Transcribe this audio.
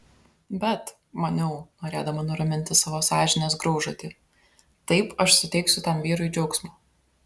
bet maniau norėdama nuraminti savo sąžinės graužatį taip aš suteiksiu tam vyrui džiaugsmo